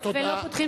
תודה.